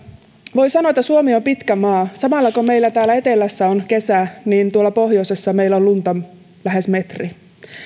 voi sanoa että suomi on pitkä maa samalla kun meillä täällä etelässä on kesä niin tuolla pohjoisessa meillä on lunta lähes metri